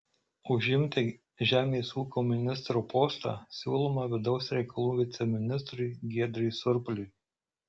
užimti žemės ūkio ministro postą siūloma vidaus reikalų viceministrui giedriui surpliui